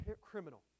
criminal